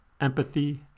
Empathy